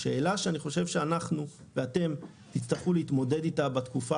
השאלה שאני חושב שאנחנו ואתם נצטרך להתמודד איתה בתקופה